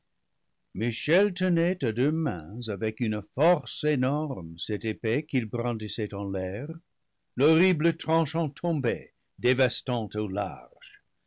michel tenait à deux mains avec une force énorme cette épée qu'il brandissait en l'air l'horrible tranchant tombait dévastant au large